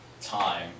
time